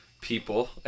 people